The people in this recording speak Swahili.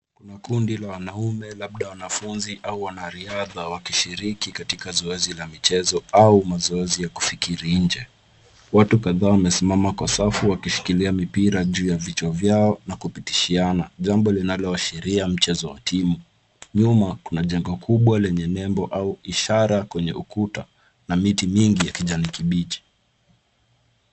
Kuna kundi la wanaume labda wanafunzi au wanariadha, wakishiriki katika zoezi la michezo au mazoezi ya kufikirinje. Watu kadhaa wamesimama kwa safu wakishikilia mpira juu ya vichwa vyao na kupitishiana ,jambo linalo ashiria mchezo wa timu. Nyuma kuna jengo kubwa lenye nembo au ishara kwenye ukuta na miti mingi ya kijani kibichi.